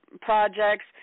projects